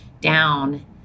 down